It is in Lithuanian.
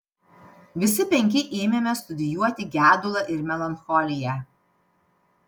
visi penki ėmėme studijuoti gedulą ir melancholiją